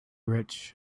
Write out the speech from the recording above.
rich